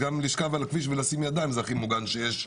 גם לשכב על הכביש ולשים ידיים על הראש זה הכי מוגן שיש.